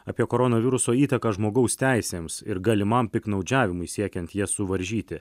apie koronaviruso įtaką žmogaus teisėms ir galimam piktnaudžiavimui siekiant jas suvaržyti